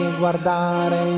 guardare